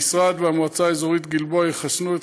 המשרד והמועצה האזורית גלבוע יחסנו את